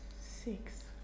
six